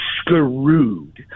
screwed